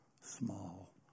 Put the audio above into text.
small